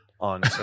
on